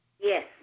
Yes